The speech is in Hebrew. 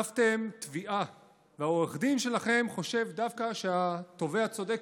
חטפתם תביעה ועורך הדין שלכם חושב דווקא שהתובע צודק,